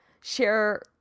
share